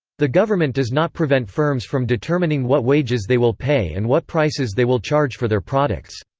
the government does not prevent firms from determining what wages they will pay and what prices they will charge for their products.